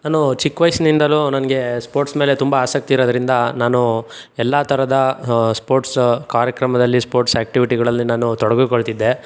ನಾನು ಚಿಕ್ಕ ವಯಸ್ಸಿನಿಂದಲು ನನಗೆ ಸ್ಪೋರ್ಟ್ಸ್ ಮೇಲೆ ತುಂಬ ಆಸಕ್ತಿ ಇರೋದ್ರಿಂದ ನಾನು ಎಲ್ಲ ಥರದ ಸ್ಪೋರ್ಟ್ಸ್ ಕಾರ್ಯಕ್ರಮದಲ್ಲಿ ಸ್ಪೋರ್ಟ್ ಆ್ಯಕ್ಟಿವಿಟಿಗಳಲ್ಲಿ ನಾನು ತೊಡಗಿಕೊಳ್ತಿದ್ದೆ